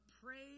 praise